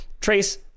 Trace